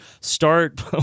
start